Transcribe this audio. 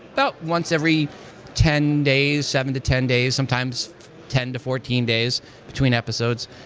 about once every ten days, seven to ten days, sometimes ten to fourteen days between episodes.